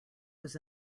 was